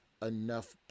enough